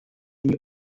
die